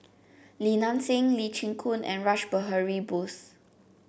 Li Nanxing Lee Chin Koon and Rash Behari Bose